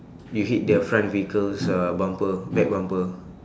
you hit the front vehicle's uh bumper back bumper